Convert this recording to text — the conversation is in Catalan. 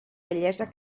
bellesa